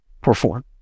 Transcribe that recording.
perform